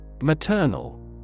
Maternal